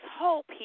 hope